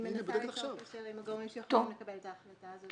היא מנסה ליצור קשר עם הגורמים שיכולים לקבל את ההחלטה הזאת.